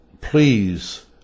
please